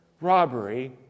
robbery